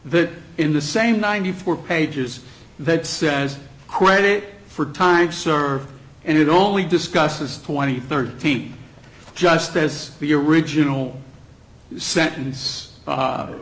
that in the same ninety four pages that says credit for time served and it only discusses twenty thirteen just as the original sentence